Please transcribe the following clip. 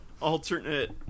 alternate